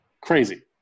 Crazy